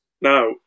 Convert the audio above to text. Now